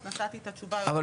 אז נתתי את התשובה היותר רחבה.